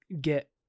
get